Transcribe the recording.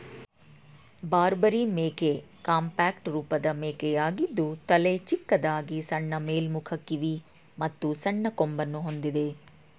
ಬಾರ್ಬರಿ ಮೇಕೆ ಕಾಂಪ್ಯಾಕ್ಟ್ ರೂಪದ ಮೇಕೆಯಾಗಿದ್ದು ತಲೆ ಚಿಕ್ಕದಾಗಿ ಸಣ್ಣ ಮೇಲ್ಮುಖ ಕಿವಿ ಮತ್ತು ಸಣ್ಣ ಕೊಂಬನ್ನು ಹೊಂದಿದೆ